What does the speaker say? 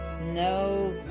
no